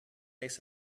ice